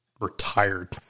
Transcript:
retired